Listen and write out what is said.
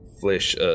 flesh